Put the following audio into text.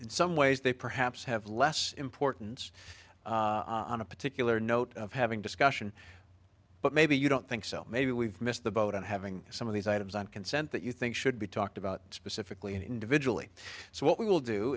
in some ways they perhaps have less importance on a particular note of having discussion but maybe you don't think so maybe we've missed the boat on having some of these items on consent that you think should be talked about specifically and individually so what we will do